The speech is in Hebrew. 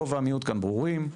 הרוב והמיעוט כאן ברורים.